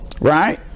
Right